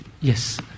Yes